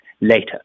later